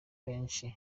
benshi